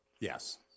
Yes